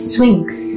Swings